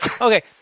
Okay